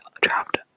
dropped